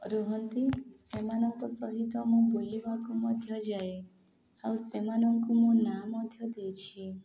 ରୁହନ୍ତି ସେମାନଙ୍କ ସହିତ ମୁଁ ବୁଲିବାକୁ ମଧ୍ୟ ଯାଏ ଆଉ ସେମାନଙ୍କୁ ମୁଁ ନାଁ ମଧ୍ୟ ଦେଇଛି